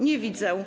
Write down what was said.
Nie widzę.